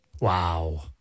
Wow